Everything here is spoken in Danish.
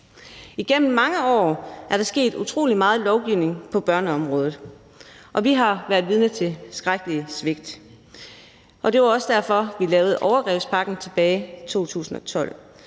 Igennem mange år er der lavet utrolig meget lovgivning på børneområdet, og vi har været vidne til skrækkelige svigt. Det var også derfor, vi lavede overgrebspakken tilbage i 2012.